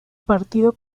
partido